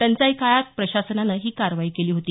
टंचाई काळात प्रशासनानं ही कारवाई केली होती